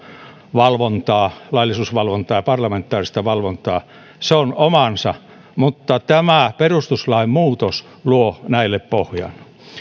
valvontaa laillisuusvalvontaa ja parlamentaarista valvontaa se on omansa mutta tämä perustuslain muutos luo näille pohjan